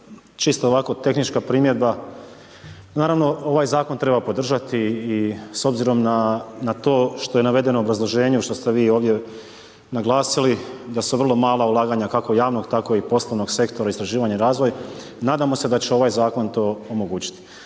čisto tehnička primjedba. Naravno ovaj zakon treba podržati i s obzirom na to što je navedeno u obrazloženju, što ste vi ovdje naglasili, da su vrlo malo ulaganja kako javnog tako i poslovnog sektora istraživanja i razvoja. Nadamo se da će ovaj zakon to omogućiti.